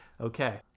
Okay